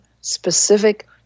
specific